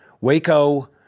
Waco